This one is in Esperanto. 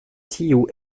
tiu